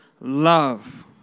love